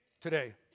today